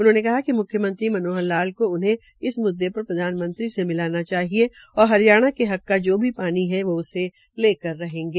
उन्होंने कहा कि म्ख्यमंत्री मनोहर लाल को उन्हे इस म्द्दे पर प्रधानमंत्री से मिलना चाहिए और हरियाणा के हक को जो पानी है वे उसे लेकर रहेंगे